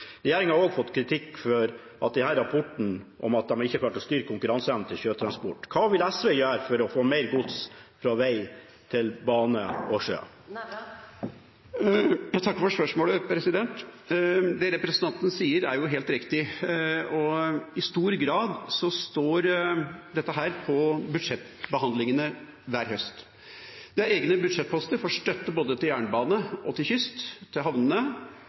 har også fått kritikk i denne rapporten for at den ikke har klart å styrke konkurranseevnen til sjøtransporten. Hva vil SV gjøre for å få mer godstransport over fra vei til bane og sjø? Jeg takker for spørsmålet. Det representanten sier, er helt riktig, og i stor grad står dette i budsjettbehandlingene hver høst. Det er egne budsjettposter for støtte både til jernbane og til kyst og til havnene,